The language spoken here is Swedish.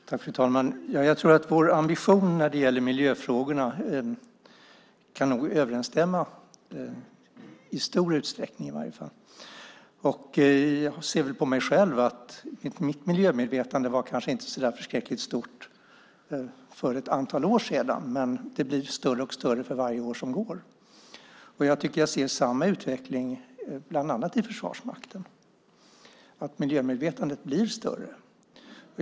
Fru talman! Jag tror att våra ambitioner i miljöfrågorna nog kan överensstämma i stor utsträckning. Jag ser på mig själv. Mitt miljömedvetande var kanske inte så där förskräckligt stort för ett antal år sedan, men det blir större och större för varje år som går. Jag tycker att jag ser samma utveckling bland annat i Försvarsmakten. Miljömedvetandet blir större.